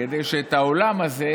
כדי שאת העולם הזה